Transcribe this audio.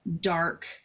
dark